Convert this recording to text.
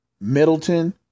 Middleton